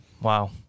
Wow